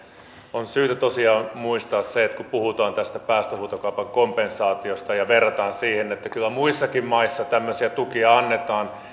on syytä tosiaan muistaa se että kun puhutaan tästä päästöhuutokaupan kompensaatiosta ja verrataan siihen että kyllä muissakin maissa tämmöisiä tukia annetaan